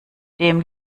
dem